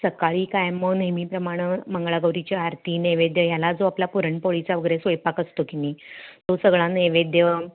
सकाळी काय मग नेहमीप्रमाणं मंगळागौरीची आरती नैवेद्य याला जो आपला पुरणपोळीचा वगैरे स्वयंपाक असतो की नाही तो सगळा नैवेद्य